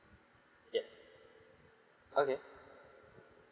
yes okay